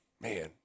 Man